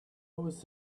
was